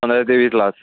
पंधरा ते वीस लाख